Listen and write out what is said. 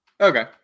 Okay